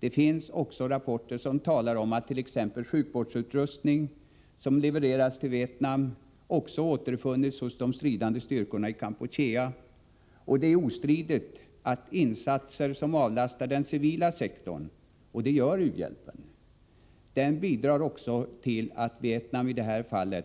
Det finns också rapporter som talar om att t.ex. sjukvårdsutrustning som levererats till Vietnam återfunnits hos de stridande styrkorna i Kampuchea, och det är ostridigt att insatser som avlastar den civila sektorn, vilket u-hjälpen gör, också bidrar till att ett krigförande land — Vietnam i det här fallet